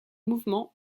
mouvement